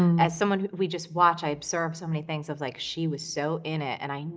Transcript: as someone, we just watch, i observe so many things of like, she was so in it. and i,